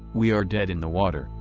we are dead in the water,